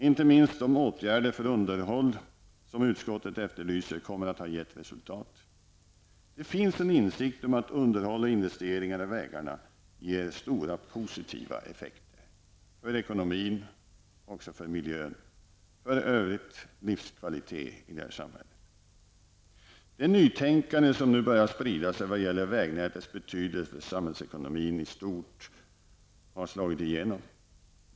Inte minst de åtgärder för underhåll som utskottet efterlyser kommer att ha gett resultat. Det finns en insikt om att underhåll och investeringar i vägarna ger stora positiva effekter -- för ekonomin, för miljön och för livskvaliteten i övrigt i samhället. Det nytänkande som nu börjar sprida sig vad gäller vägnätets betydelse för samhällsekonomin i stort har slagit igenom.